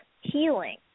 healing